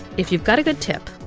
if you've got a good tip,